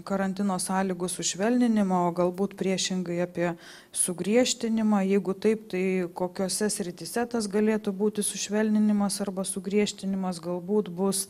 karantino sąlygų sušvelninimą o galbūt priešingai apie sugriežtinimą jeigu taip tai kokiose srityse tas galėtų būti sušvelninimas arba sugriežtinimas galbūt bus